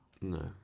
No